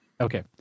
Okay